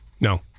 No